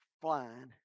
flying